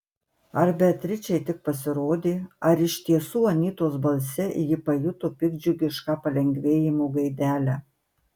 ar beatričei tik pasirodė ar iš tiesų anytos balse ji pajuto piktdžiugišką palengvėjimo gaidelę